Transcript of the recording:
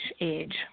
age